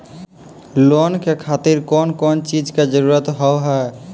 Loan के खातिर कौन कौन चीज के जरूरत हाव है?